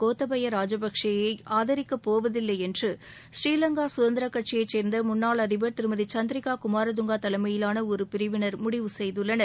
கோத்தபய ராஜபக்சே யை ஆதரிக்கப் போவதில்லை என்று ப்ரீலங்கா சுதந்திர கட்சியில் முன்னாள் அதிபர் திருமதி சந்திரிகா குமாரதங்கா தலைமையிலான ஒரு பிரிவினர் முடிவு செய்துள்ளனர்